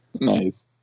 nice